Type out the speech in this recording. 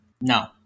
No